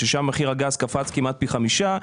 ששם מחיר הגז קפץ כמעט פי חמישה,